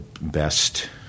best